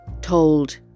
told